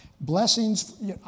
Blessings